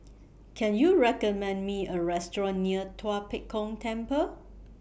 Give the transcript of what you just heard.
Can YOU recommend Me A Restaurant near Tua Pek Kong Temple